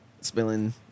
spilling